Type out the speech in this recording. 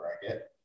bracket